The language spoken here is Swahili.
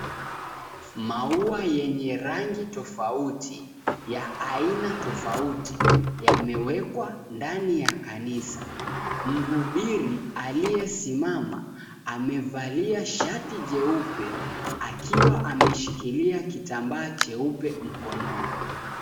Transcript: Maua yenye rangi tofauti, ya aina tofauti yamewekwa ndani ya kanisa. Mhubiri aliyesimama amevalia shati jeupe akiwa ameshikilia kitambaa cheupe mkononi.